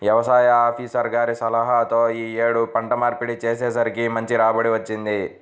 యవసాయ ఆపీసర్ గారి సలహాతో యీ యేడు పంట మార్పిడి చేసేసరికి మంచి రాబడి వచ్చింది